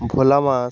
ভোলা মাছ